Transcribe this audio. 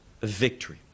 victory